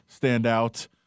standout